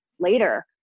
later